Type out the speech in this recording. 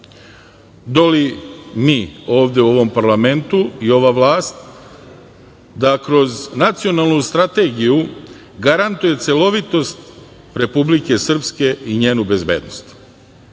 do li mi ovde u ovom parlamentu i ova vlast da kroz nacionalnu strategiju garantuju celovitost Republike Srpske i njenu bezbednost?